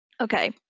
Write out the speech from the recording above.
okay